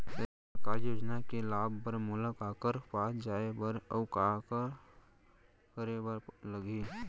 सरकारी योजना के लाभ बर मोला काखर पास जाए बर अऊ का का करे बर लागही?